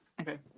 Okay